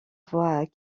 voix